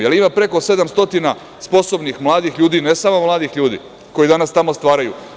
Jel ima preko 700 sposobnih mladih ljudi, i ne samo mladih ljudi, koji danas tamo stvaraju?